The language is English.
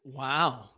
Wow